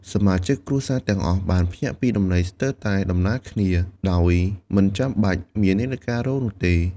សមាជិកគ្រួសារទាំងអស់បានភ្ញាក់ពីដំណេកស្ទើរតែដំណាលគ្នា ដោយមិនចាំបាច់មាននាឡិការោទ៍នោះទេ។